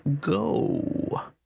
go